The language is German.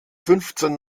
fünfzehn